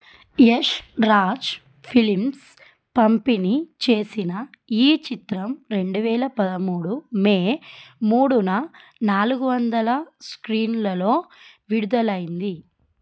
Yash Raj films పంపిణీ చేసిన ఈ చిత్రం రెండు వేల పదమూడు మే మూడున నాలుగు వందల స్క్రీన్లలో విడుదలైంది